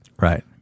Right